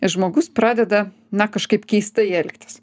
žmogus pradeda na kažkaip keistai elgtis